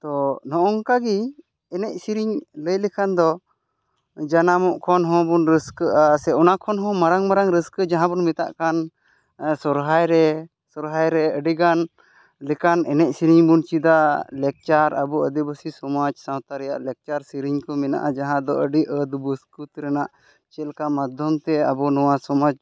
ᱛᱚ ᱱᱚᱜ ᱚᱝᱠᱟ ᱜᱮ ᱮᱱᱮᱡ ᱥᱮᱨᱮᱧ ᱞᱟᱹᱭ ᱞᱮᱠᱷᱟᱱ ᱫᱚ ᱡᱟᱱᱟᱢᱚᱜ ᱠᱷᱚᱱ ᱦᱚᱸ ᱵᱚᱱ ᱨᱟᱹᱥᱠᱟᱹᱜᱼᱟ ᱥᱮ ᱚᱱᱟ ᱠᱷᱚᱱ ᱦᱚᱸ ᱢᱟᱨᱟᱝ ᱢᱟᱨᱟᱝ ᱨᱟᱹᱥᱠᱟᱹ ᱡᱟᱦᱟᱸ ᱵᱚᱱ ᱢᱮᱛᱟᱜ ᱠᱟᱱ ᱥᱚᱨᱦᱟᱭ ᱨᱮ ᱥᱚᱨᱦᱟᱭ ᱨᱮ ᱟᱹᱰᱤ ᱜᱟᱱ ᱞᱮᱠᱟᱱ ᱮᱱᱮᱡ ᱥᱮᱨᱮᱧ ᱵᱚᱱ ᱪᱮᱫᱟ ᱞᱟᱠᱪᱟᱨ ᱟᱵᱚ ᱟᱹᱫᱤᱵᱟᱹᱥᱤ ᱥᱚᱢᱟᱡᱽ ᱥᱟᱶᱛᱟ ᱨᱮᱭᱟᱜ ᱞᱟᱠᱪᱟᱨ ᱥᱮᱨᱮᱧ ᱠᱚ ᱢᱮᱱᱟᱜᱼᱟ ᱡᱟᱦᱟᱸ ᱫᱚ ᱨᱮᱱᱟᱜ ᱪᱮᱫ ᱞᱮᱠᱟ ᱢᱟᱫᱷᱚᱢ ᱛᱮ ᱟᱵᱚ ᱱᱚᱣᱟ ᱥᱚᱢᱟᱡᱽ